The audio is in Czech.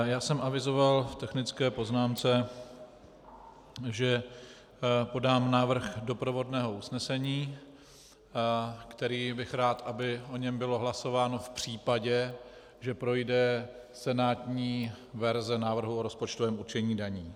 Já jsem avizoval v technické poznámce, že podám návrh doprovodného usnesení, který bych rád, aby o něm bylo hlasováno v případě, že projde senátní verze návrhu o rozpočtovém určení daní.